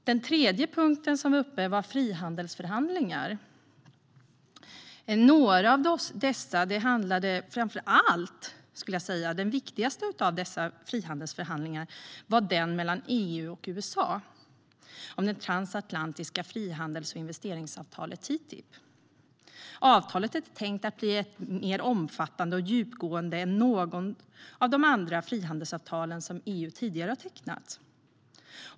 Den tredje punkten som var uppe var frihandelsförhandlingar. Den viktigaste av dessa frihandelsförhandlingar var den mellan EU och USA om det transatlantiska frihandels och investeringsavtalet TTIP. Avtalet är tänkt att bli mer omfattande och djupgående än något av de frihandelsavtal som EU tidigare har tecknat.